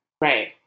right